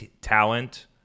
talent